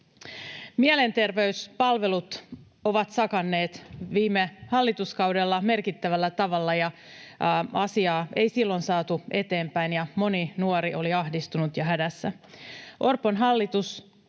Mielenterveyspalvelut ovat sakanneet viime hallituskaudella merkittävällä tavalla, ja asiaa ei silloin saatu eteenpäin, ja moni nuori oli ahdistunut ja hädässä.